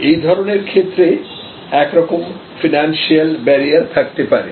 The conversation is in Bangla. এই ধরনের ক্ষেত্রে একরকম ফিনান্সিয়াল ব্যারিয়ার থাকতে পারে